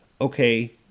Okay